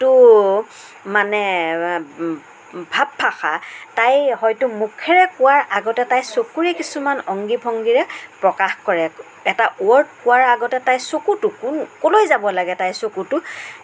মানে ভাৱ ভাষা তাই হয়তো মুখেৰে কোৱাৰ আগতে তাই চকুৰে কিছুমান অংগী ভংগীৰে প্ৰকাশ কৰে এটা ৱৰ্ড কোৱাৰ আগতে তাইৰ চকুটো ক'লৈ যাব লাগে তাইৰ চকুটো